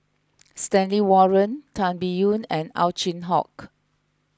Stanley Warren Tan Biyun and Ow Chin Hock